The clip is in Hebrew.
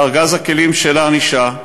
לארגז הכלים של הענישה.